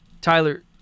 tyler